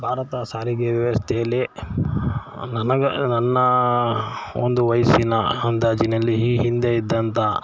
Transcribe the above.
ಭಾರತ ಸಾರಿಗೆಯ ವ್ಯವಸ್ಥೆಯಲ್ಲಿ ನನಗೆ ನನ್ನ ಒಂದು ವಯಸ್ಸಿನ ಅಂದಾಜಿನಲ್ಲಿ ಈ ಹಿಂದೆ ಇದ್ದಂಥ